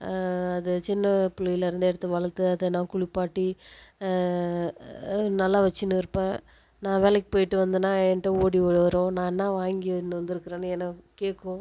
அது சின்ன பிள்ளையில இருந்து எடுத்து வளர்த்து அதை நான் குளிப்பாட்டி நல்லா வச்சுன்னு இருப்பேன் நான் வேலைக்கு போய்ட்டு வந்தேன்னால் என்கிட்ட ஓடிவரும் நான் என்ன வாங்கின்னு வந்திருக்கன்னு என்னை கேட்கும்